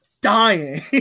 dying